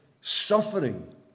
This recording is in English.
Suffering